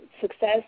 success